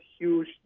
huge